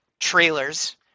trailers